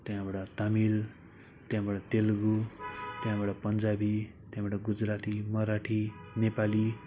त्यहाँबाट तामिल त्यहाँबाट तेलुगु त्यहाँबाट पन्जाबी त्यहाँबाट गुजराती मराठी नेपाली